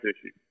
issues